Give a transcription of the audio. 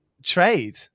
trade